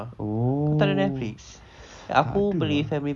oh takde ah